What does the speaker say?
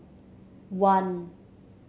one